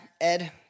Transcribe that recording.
Ed